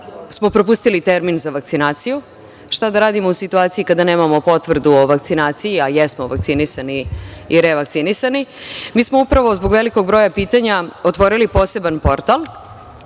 smo propustili termin za vakcinaciju, šta da radimo u situaciji kada nemamo potvrdu o vakcinaciji, a jesmo vakcinisani i revakcinisani. Mi smo upravo zbog velikog broja pitanja otvorili poseban portal